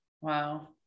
Wow